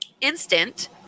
instant